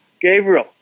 Gabriel